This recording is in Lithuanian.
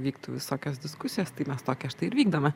vyktų visokios diskusijas tai mes tokią štai ir vykdome